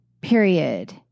period